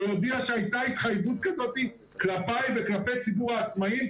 הודיע שהייתה התחייבות כזאת כלפיי וכלפי ציבור העצמאים,